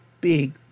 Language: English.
big